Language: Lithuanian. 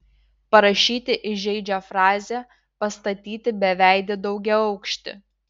parašyti įžeidžią frazę pastatyti beveidį daugiaaukštį